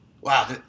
wow